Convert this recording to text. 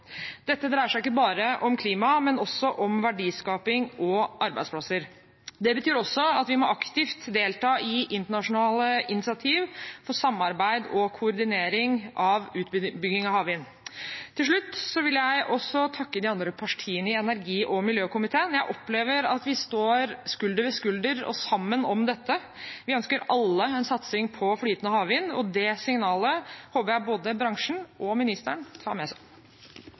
Dette dreier seg ikke bare om klima, men også om verdiskaping og arbeidsplasser. Det betyr også at vi aktivt må delta i internasjonale initiativ for samarbeid og koordinering av utbygging av havvind. Til slutt vil jeg også takke de andre partiene i energi- og miljøkomiteen. Jeg opplever at vi står skulder ved skulder og sammen om dette. Vi ønsker alle en satsing på flytende havvind, og det signalet håper jeg både bransjen og ministeren tar med seg.